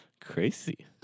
Crazy